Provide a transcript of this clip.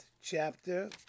chapter